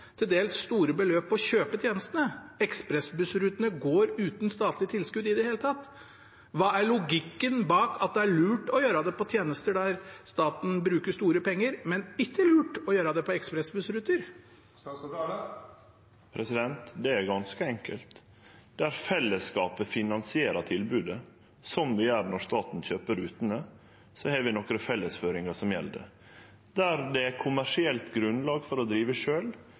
å kjøpe tjenestene. Ekspressbussrutene går uten statlige tilskudd i det hele tatt. Hva er logikken bak at det er lurt på tjenester der staten bruker store penger, men ikke lurt på ekspressbussruter? Det er ganske enkelt. Der fellesskapet finansierer tilbodet, som vi gjer når staten kjøper rutene, har vi nokre fellesføringar som gjeld. Der det er kommersielt grunnlag for å drive